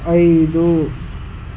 ఐదు